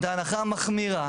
את ההנחה המחמירה,